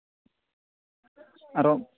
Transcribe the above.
ᱟᱨᱚ